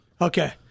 Okay